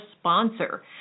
sponsor